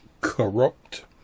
corrupt